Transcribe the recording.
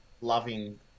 loving